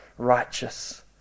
righteous